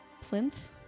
plinth